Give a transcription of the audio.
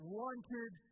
wanted